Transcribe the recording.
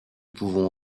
pouvons